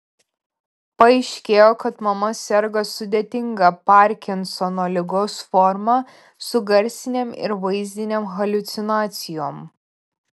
paaiškėjo kad mama serga sudėtinga parkinsono ligos forma su garsinėm ir vaizdinėm haliucinacijom